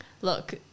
Look